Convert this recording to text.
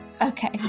Okay